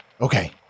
Okay